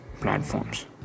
platforms